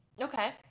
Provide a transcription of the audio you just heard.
Okay